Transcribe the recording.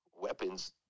weapons